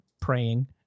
praying